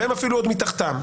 והם אפילו עוד מתחתם.